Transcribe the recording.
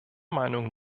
meinung